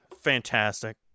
Fantastic